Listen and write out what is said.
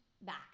back